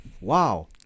Wow